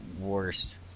worse